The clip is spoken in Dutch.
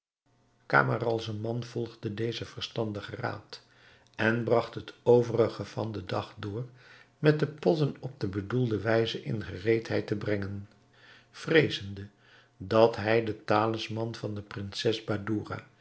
camaralzaman volgde dezen verstandigen raad en bragt het overige van den dag door met de potten op de bedoelde wijze in gereedheid te brengen vreezende dat hij den talisman van de prinses badoura